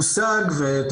של